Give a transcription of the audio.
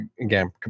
again